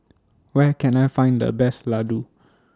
Where Can I Find The Best Ladoo